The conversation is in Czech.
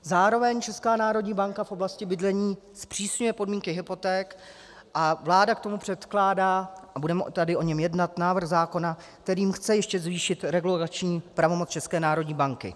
Zároveň Česká národní banka v oblasti bydlení zpřísňuje podmínky hypoték a vláda k tomu předkládá, a budeme tady o něm jednat, návrh zákona, kterým chce ještě zvýšit regulační pravomoc České národní banky.